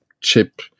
chip